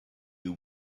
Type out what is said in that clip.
you